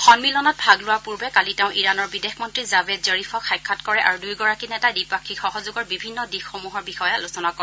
সম্মিলনত ভাগ লোৱাৰ পূৰ্বে কালি তেওঁ ইৰাণৰ বিদেশ মন্ত্ৰী জাভেদ জৰিফক সাক্ষাৎ কৰে আৰু দুয়োগৰাকী নেতাই দ্বিপাক্ষিক সহযোগৰ বিভিন্ন দিশসমূহৰ বিষয়ে আলোচনা কৰে